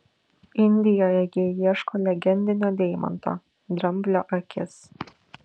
indijoje jie ieško legendinio deimanto dramblio akis